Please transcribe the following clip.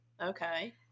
Okay